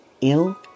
ill